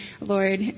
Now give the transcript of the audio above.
Lord